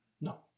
No